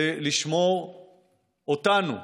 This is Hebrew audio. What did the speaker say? זה לשמור אותנו,